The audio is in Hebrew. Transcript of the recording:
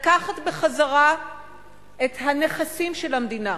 לקחת בחזרה את הנכסים של המדינה,